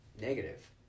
negative